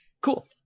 Cool